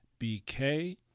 bk